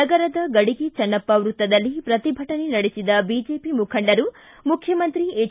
ನಗರದ ಗಡಿಗಿ ಚೆನ್ನಪ್ಪ ವೃತ್ತದಲ್ಲಿ ಪ್ರತಿಭಟನೆ ನಡೆಸಿದ ಬಿಜೆಪಿ ಮುಖಂಡರು ಮುಖ್ಯಮಂತ್ರಿ ಎಚ್